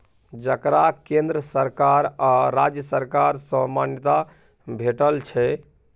जकरा केंद्र सरकार आ राज्य सरकार सँ मान्यता भेटल छै